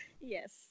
Yes